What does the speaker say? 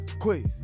quiz